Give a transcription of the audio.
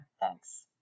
thanks